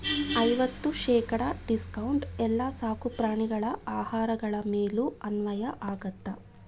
ಐವತ್ತು ಶೇಕಡ ಡಿಸ್ಕೌಂಟ್ ಎಲ್ಲ ಸಾಕುಪ್ರಾಣಿಗಳ ಆಹಾರಗಳ ಮೇಲೂ ಅನ್ವಯ ಆಗುತ್ತಾ